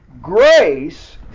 grace